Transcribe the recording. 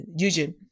Yujin